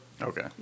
Okay